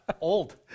Old